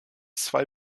zwei